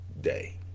day